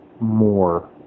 more